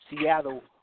Seattle